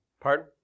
Pardon